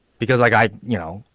because like i you know,